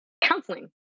counseling